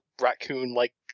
raccoon-like